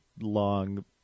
long